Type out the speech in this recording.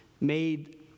made